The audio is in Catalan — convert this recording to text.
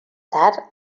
tard